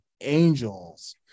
Angels